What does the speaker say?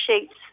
sheets